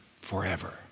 forever